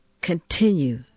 continue